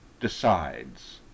decides